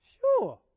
Sure